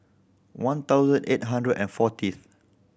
one thousand eight hundred and fortieth